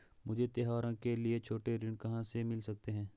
मुझे त्योहारों के लिए छोटे ऋण कहाँ से मिल सकते हैं?